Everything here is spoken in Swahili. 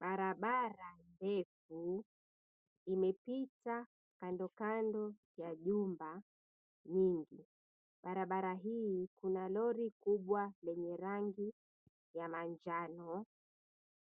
Barabara ndefu imepita kandokando ya jumba nyingi. Barabara hii kuna lori kubwa lenye rangi ya manjano